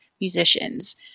musicians